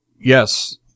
yes